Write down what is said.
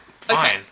fine